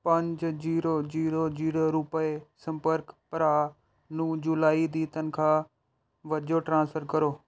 ਪੰਜ zero zero zero ਰੁਪਏ ਸੰਪਰਕ ਭਰਾ ਨੂੰ ਜੁਲਾਈ ਦੀ ਤਨਖਾਹ ਵਜੋਂ ਟ੍ਰਾਂਸਫਰ ਕਰੋ